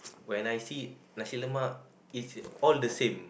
when I see nasi-lemak it's all the same